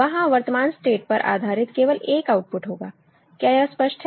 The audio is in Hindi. वहां वर्तमान स्टेट पर आधारित केवल एक आउटपुट होगा क्या यह स्पष्ट है